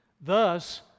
Thus